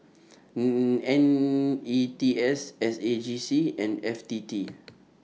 N E T S S A J C and F T T